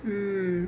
hmm